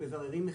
מבררים מחירים,